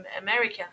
America